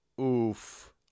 Oof